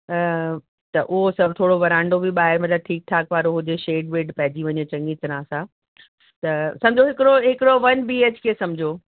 त उहो सभु थोरो वेरांडो बि ॿाहिरि मतिलब ठीकु ठाकु वारो हुजे शेड वेड पंहिंजी वञे चङी तरह सां त असांजो हिकिड़ो हिकिड़ो वन बी एच के सम्झो